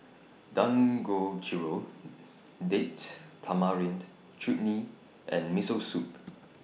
Dangojiru Date Tamarind Chutney and Miso Soup